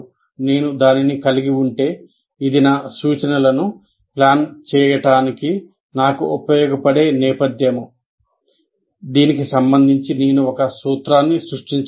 నేను దానిని కలిగి ఉంటే ఇది నా సూచనలను ప్లాన్ చేయడానికి నాకు ఉపయోగపడే నేపథ్యం దీనికి సంబంధించి నేను ఒక సూత్రాన్ని సృష్టించగలను